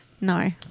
No